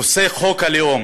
נושא חוק הלאום.